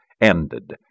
ended